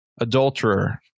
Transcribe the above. adulterer